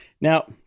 Now